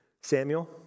Samuel